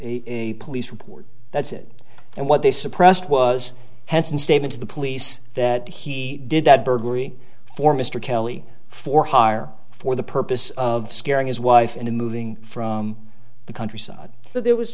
a police report that's it and what they suppressed was henson statement to the police that he did that burglary for mr kelly for hire for the purpose of scaring his wife into moving from the countryside so there was